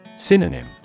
Synonym